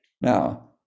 Now